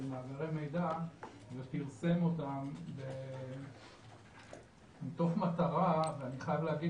למאגרי מידע ופרסם אותם מתוך מטרה ואני חייב להגיד